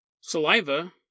saliva